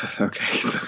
Okay